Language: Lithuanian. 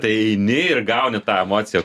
tai eini ir gauni tą emociją